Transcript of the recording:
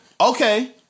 Okay